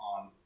on